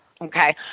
Okay